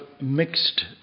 mixed